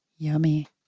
Yummy